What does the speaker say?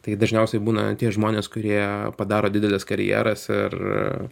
tai dažniausiai būna tie žmonės kurie padaro dideles karjeras ir